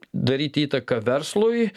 daryt įtaką verslui